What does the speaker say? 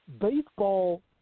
baseball